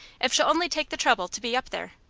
if she'll only take the trouble to be up there?